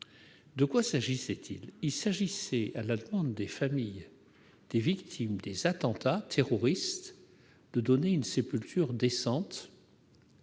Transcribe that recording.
et à la citoyenneté. Il s'agissait, à la demande des familles des victimes des attentats terroristes, de donner une sépulture décente